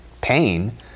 pain